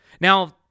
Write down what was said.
Now